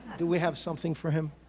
do we have something for him?